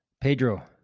Pedro